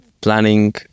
planning